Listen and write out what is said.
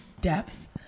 depth